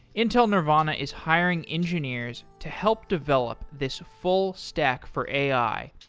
intel nervana is hiring engineers to help develop this full stack for ai,